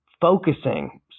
focusing